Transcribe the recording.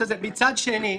מצד שני,